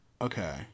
Okay